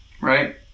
right